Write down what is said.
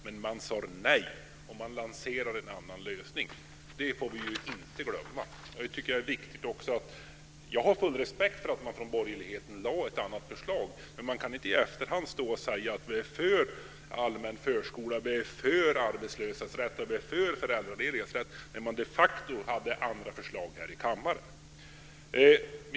Man sade nej och lanserade en annan lösning. Det får vi inte glömma. Jag har full respekt för att borgerligheten lade fram ett annat förslag, men man kan inte i efterhand stå och säga att man är för allmän förskola, för arbetslösas och föräldraledigas barns rätt till förskola när man de facto hade andra förslag här i kammaren.